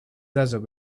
desert